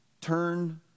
Turn